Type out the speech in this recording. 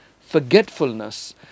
forgetfulness